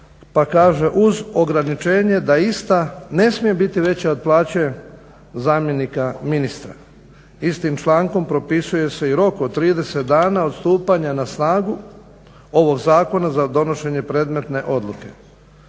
Pa kaže uz ograničenje da ista ne smije biti veća od plaće zamjenika ministra. Istim člankom propisuje se i rok od 30 dana od stupanja na snagu ovog zakona za donošenje predmetne odluke.